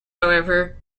however